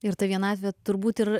ir ta vienatvė turbūt ir